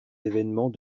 évènements